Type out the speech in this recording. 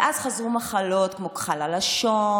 ואז חזרו מחלות כמו כחל הלשון,